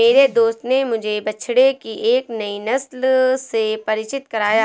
मेरे दोस्त ने मुझे बछड़े की एक नई नस्ल से परिचित कराया